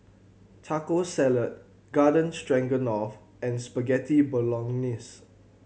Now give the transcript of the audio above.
Taco Salad Garden Stroganoff and Spaghetti Bolognese